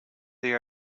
they